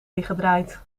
dichtgedraaid